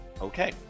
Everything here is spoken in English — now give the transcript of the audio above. Okay